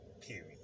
period